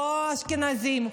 לא אשכנזים,